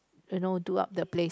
you know do up the place